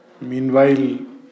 Meanwhile